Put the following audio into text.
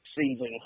season